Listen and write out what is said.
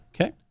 Okay